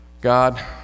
God